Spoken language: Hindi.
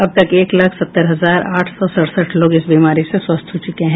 अब तक एक लाख सत्तर हजार आठ सौ सड़सठ लोग इस बीमारी से स्वस्थ हो चुके हैं